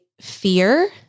fear